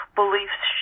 beliefs